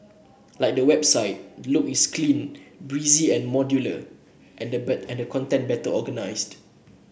like the website the look is clean breezy and modular and the better and the content better organised